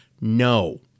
no